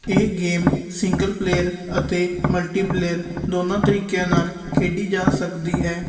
ਇਹ game single player ਅਤੇ multiplayer ਦੋਨਾਂ ਤਰੀਕਿਆਂ ਨਾਲ਼ ਖੇਡੀ ਜਾ ਸਕਦੀ ਹੈ